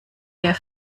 der